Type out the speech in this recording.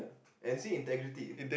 and see integrity